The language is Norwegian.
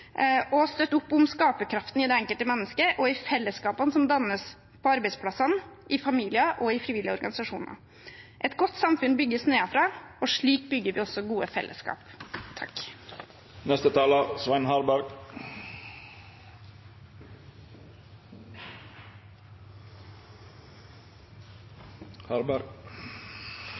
og støtte opp om skaperkraften i det enkelte menneske og i fellesskapene som dannes på arbeidsplasser, i familier og i frivillige organisasjoner. Et godt samfunn bygges nedenfra. Slik bygger vi også gode fellesskap.